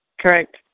correct